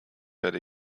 werde